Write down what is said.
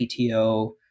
PTO